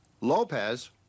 Lopez